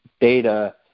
data